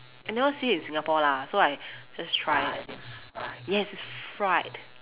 I never see in Singapore lah so I just try yes it's fried